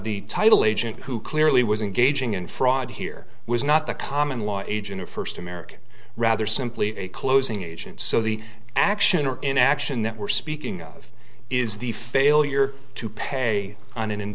the title agent who clearly was engaging in fraud here was not the common law agent or first american rather simply a closing agent so the action or inaction that we're speaking of is the failure to pay on